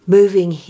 Moving